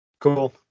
Cool